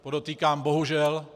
Podotýkám bohužel.